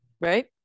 right